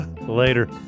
Later